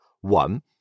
One